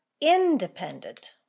independent